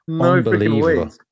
unbelievable